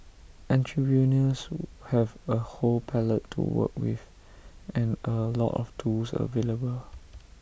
entrepreneurs have A whole palette to work with and A lot of tools available